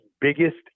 biggest